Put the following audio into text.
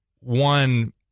one